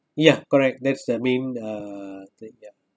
ya correct that's the main uh thing ya